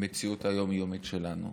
המציאות היום-יומית שלנו.